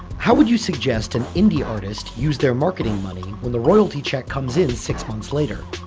how would you suggest an indie artist use their marketing money when the royalty check comes in six months later?